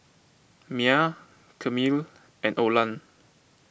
Myah Camille and Olan